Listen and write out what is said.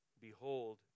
Behold